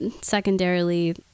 secondarily